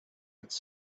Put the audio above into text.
its